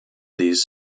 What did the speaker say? these